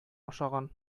ашаган